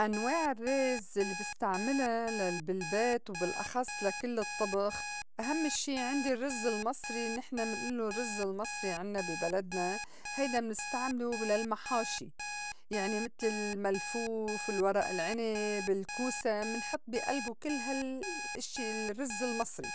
أنواع الرّز الّي بستعملا لل- بالبيت وبالأخص لكل الطّبخ: أهمّ شي عندي الرّز المصري نحن منئلّو الرّز المصري عنّا بي بلدنا هيدا منستعملو للمحاشي يعني متل الملفوف، الورق العِنِب، الكوسا، منحط بي ألبو كل هالإشيا الرّز المصري.